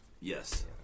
Yes